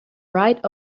right